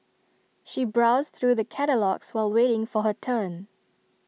she browsed through the catalogues while waiting for her turn